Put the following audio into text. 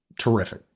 terrific